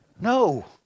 No